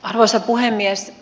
arvoisa puhemies